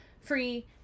free